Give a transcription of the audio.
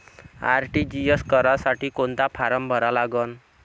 RTGS करासाठी कोंता form भरा लागन?